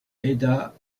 aida